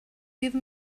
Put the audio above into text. give